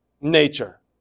nature